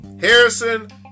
Harrison